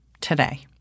today